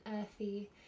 earthy